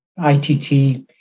ITT